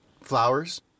flowers